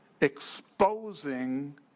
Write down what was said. exposing